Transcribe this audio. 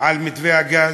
מתווה הגז,